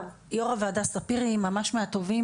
ספיר היא ממש מהטובים,